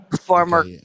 former